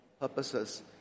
purposes